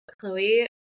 Chloe